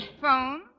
Phone